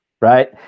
Right